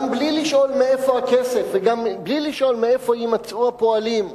גם בלי לשאול מאיפה הכסף וגם בלי לשאול מאיפה יימצאו הפועלים,